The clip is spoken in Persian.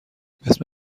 اسم